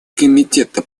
комитета